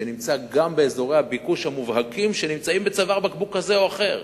גם באזורי הביקוש המובהקים שנמצאים בצוואר בקבוק כזה או אחר.